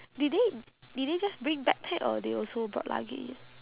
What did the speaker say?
did they did they just bring backpack or they also brought luggage